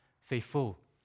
faithful